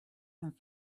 and